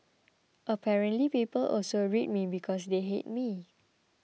apparently people also read me because they hate me